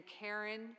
Karen